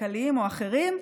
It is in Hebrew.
כלכליים או אחרים,